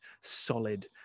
solid